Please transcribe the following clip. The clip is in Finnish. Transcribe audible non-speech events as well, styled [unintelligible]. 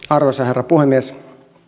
[unintelligible] arvoisa herra puhemies